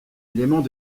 élément